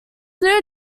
new